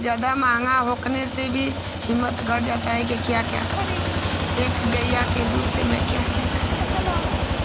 ज़्यादा महँगा होने से भी हिम्मत घट जाती है कि क्या क्या करेंगे एक गैया के दूध से मैं क्या क्या खर्चा चलाऊँगी